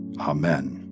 Amen